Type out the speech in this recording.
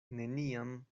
neniam